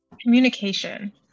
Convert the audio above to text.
Communication